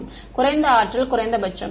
மாணவர் குறைந்த ஆற்றல் குறைந்தபட்சம்